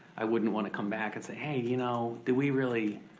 i wouldn't wanna come back and say, hey, you know, do we really,